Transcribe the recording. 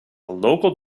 local